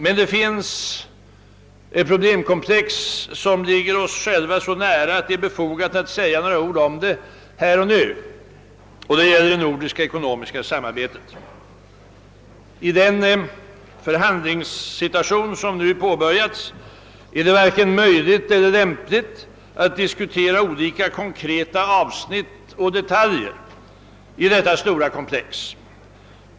Men det finns därvidlag ett problemkomplex som ligger oss själva så nära att det är befogat att säga några ord om det här och nu, och det gäller det nordiska ekonomiska samarbetet. På det förhandlingsstadium som nu påbörjats är det varken möjligt eller lämpligt att diskutera olika konkreta avsnitt och detaljer i det stora problemkomplexet.